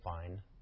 fine